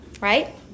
right